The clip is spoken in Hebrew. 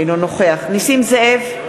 אינו נוכח נסים זאב,